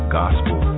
gospel